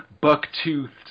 buck-toothed